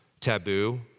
taboo